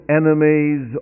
enemies